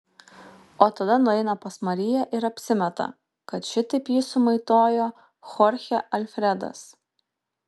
o tada nueina pas mariją ir apsimeta kad šitaip jį sumaitojo chorchė alfredas